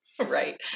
right